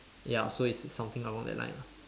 ya so it's something along that line lah